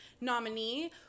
nominee